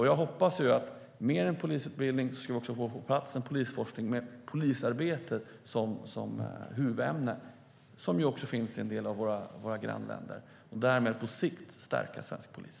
Jag hoppas att vi med den nya polisutbildningen på plats också ska få en polisforskning med polisarbetet som huvudämne, som i en del av våra grannländer, och därmed på sikt stärka svensk polis.